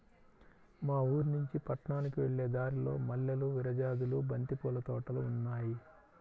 మా ఊరినుంచి పట్నానికి వెళ్ళే దారిలో మల్లెలు, విరజాజులు, బంతి పూల తోటలు ఉన్నాయ్